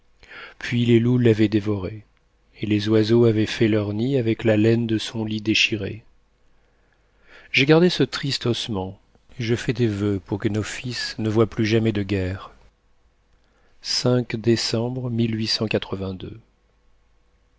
puis les loups l'avaient dévorée et les oiseaux avaient fait leur nid avec la laine de son lit déchiré j'ai gardé ce triste ossement et je fais des voeux pour que nos fils ne voient plus jamais de guerre